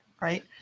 Right